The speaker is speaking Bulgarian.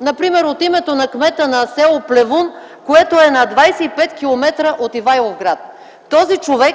например от името на кмета на с. Плевун, което е на 25 км от Ивайловград. Този човек